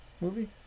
movie